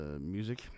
music